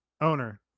owner